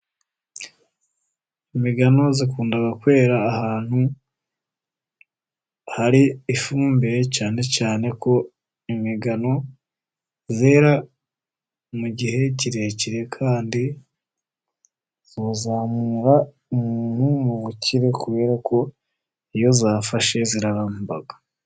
Imigano ikunda kwera ahantu hari ifumbire, cyane cyane ko imigano yera mu gihe kirekire kandi izamura mu bukire, kubera ko iyo afashe iraramba.